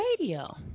radio